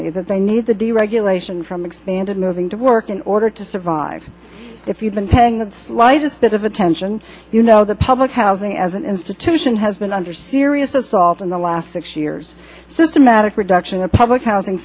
genuinely that they need the deregulation from expanded moving to work in order to survive if you've been paying the slightest bit of attention you know the public housing as an institution has been under serious assault in the last six years systematic reduction of public housing